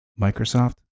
Microsoft